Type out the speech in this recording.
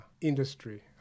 industry